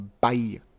bye